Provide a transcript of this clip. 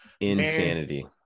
insanity